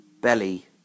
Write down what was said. Belly